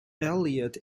eliot